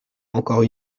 encore